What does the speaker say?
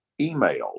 emails